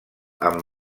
amb